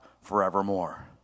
forevermore